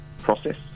process